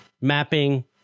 mapping